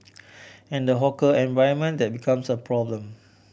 and the hawker environment that becomes a problem